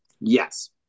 Yes